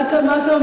מה אתה אומר?